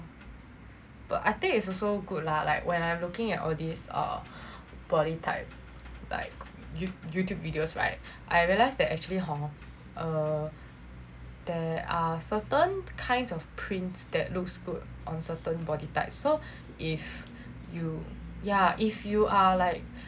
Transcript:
but I think it's also good lah like when I'm looking at all this our body type like Youtube videos right I realize that actually hor err there are certain kinds of prints that looks good on certain body types so if you yeah if if you are like